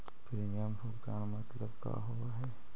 Premium भुगतान मतलब का होव हइ?